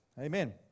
Amen